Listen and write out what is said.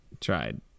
tried